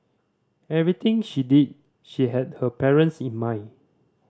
everything she did she had her parents in mind